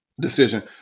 Decision